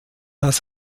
als